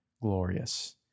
glorious